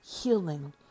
healing